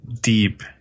deep